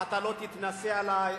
ואתה לא תתנשא עלי.